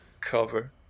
cover